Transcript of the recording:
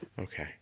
Okay